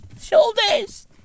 shoulders